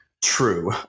True